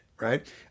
right